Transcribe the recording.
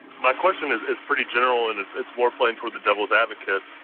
my question is is pretty general and it's it's more playing towards the devil's advocate.